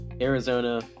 Arizona